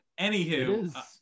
Anywho